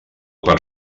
part